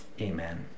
amen